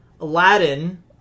Aladdin